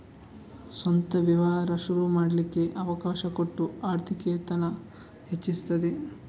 ಸ್ವಂತ ವ್ಯವಹಾರ ಶುರು ಮಾಡ್ಲಿಕ್ಕೆ ಅವಕಾಶ ಕೊಟ್ಟು ಆರ್ಥಿಕತೇನ ಹೆಚ್ಚಿಸ್ತದೆ